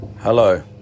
Hello